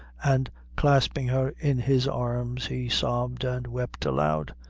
and clasping her in his arms, he sobbed and wept aloud.